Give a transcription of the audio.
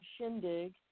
Shindig